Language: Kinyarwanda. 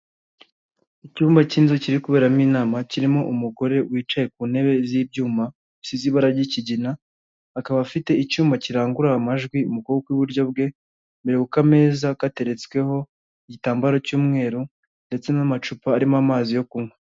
Icyumba cy'inzu kiri kuberamo inama kirimo umugore wicaye ku ntebe z'ibyuma zisize ibara ry'ikigina akaba afite icyuma kirangurura amajwi mu kuboko kw'iburyo bwe, imbere ku kameza gateretsweho igitambaro cy'umweru ndetse n'amacupa arimo amazi yo kunywa.